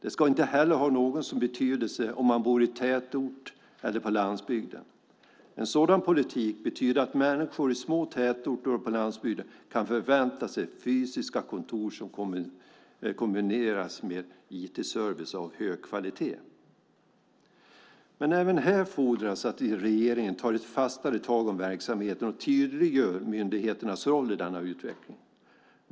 Det ska inte heller ha någon som helst betydelse om man bor i tätort eller på landsbygden. En sådan politik betyder att människor i små tätorter och på landsbygden kan förvänta sig fysiska kontor som kombineras med IT-service av hög kvalitet. Men även här fordras att regeringen tar ett fastare tag om verksamheten och tydliggör myndigheternas roll i denna utveckling.